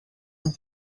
and